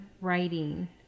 writing